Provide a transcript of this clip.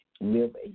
live